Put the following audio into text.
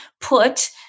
put